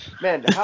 Man